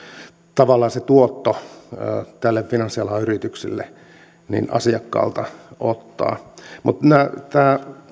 tavallaan se tuotto tälle finanssialan yritykselle asiakkaalta ottaa mutta tämä